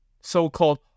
so-called